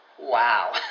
Wow